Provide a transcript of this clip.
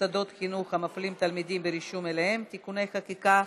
מוסדות חינוך המפלים תלמידים ברישום אליהם (תיקוני חקיקה),